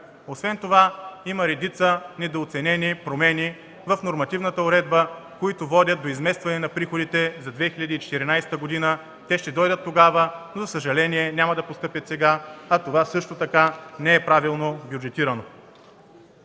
освен това и редица недооценени промени в нормативната уредба, които водят до изместване на приходите за 2014 г. Те ще дойдат тогава, но за съжаление няма да постъпят сега, а това също така не е правилно бюджетирано.